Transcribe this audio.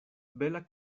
bela